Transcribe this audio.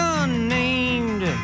unnamed